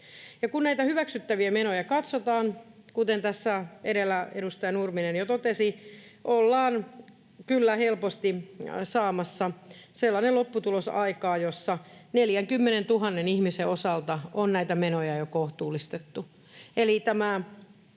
kun näitä hyväksyttäviä menoja katsotaan, kuten tässä edellä edustaja Nurminen jo totesi, ollaan kyllä helposti saamassa sellainen lopputulos aikaan, jossa 40 000 ihmisen osalta on näitä menoja jo kohtuullistettu.